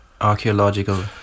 archaeological